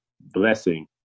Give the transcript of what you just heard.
blessing